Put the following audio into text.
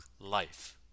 life